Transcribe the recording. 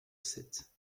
sept